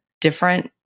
different